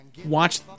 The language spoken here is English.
Watch